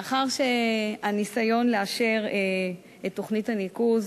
לאחר שהניסיון לאשר את תוכנית הניקוז